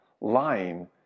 lying